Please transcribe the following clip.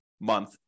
month